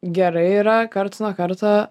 gerai yra karts nuo karto